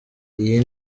iyi